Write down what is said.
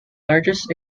largest